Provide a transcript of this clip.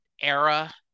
era